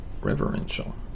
reverential